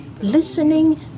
listening